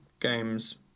games